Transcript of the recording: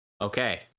Okay